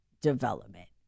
development